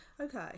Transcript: Okay